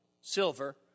silver